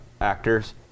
actors